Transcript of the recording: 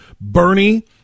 Bernie